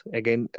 again